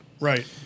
Right